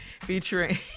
featuring